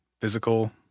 physical